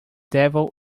devil